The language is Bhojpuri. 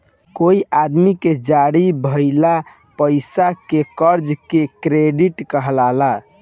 कोई आदमी के जारी भइल पईसा के कर्जा के क्रेडिट कहाला